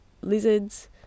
lizards